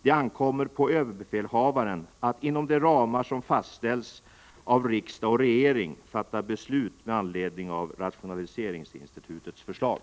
Det ankommer på överbefälhavaren att inom de ramar som fastställs av riksdagen och regeringen fatta beslut med anledning av rationaliseringsinstitutets förslag.